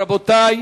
רבותי,